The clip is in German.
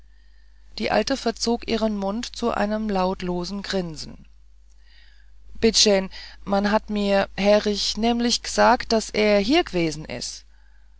die alte verzog ihren mund zu einem lautlosen grinsen bittschän man hat mir här ich nämlich gesagt daß er sich hier gewesen is